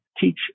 teach